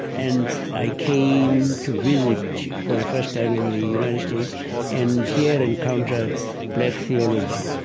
and i came to visit for the first time in the united states and here encountered black theology.